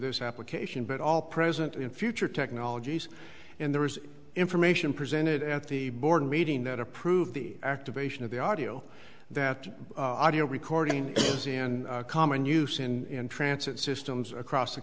this application but all present in future technologies and there is information presented at the board meeting that approved the activation of the audio that audio recording is in common use in transit systems across the